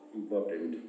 important